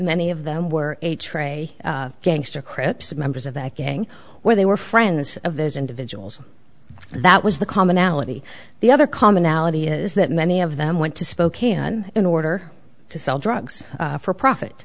many of them were a tray gangster crips members of that gang where they were friends of those individuals that was the commonality the other commonality is that many of them went to spokane in order to sell drugs for profit